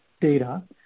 data